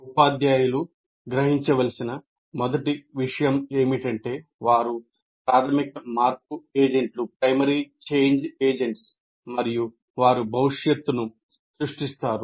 ఉపాధ్యాయులు గ్రహించవలసిన మొదటి విషయం ఏమిటంటే వారు ప్రాధమిక మార్పు ఏజెంట్లు మరియు వారు భవిష్యత్తును సృష్టిస్తారు